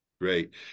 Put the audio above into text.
Great